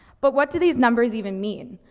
but what do these numbers even mean?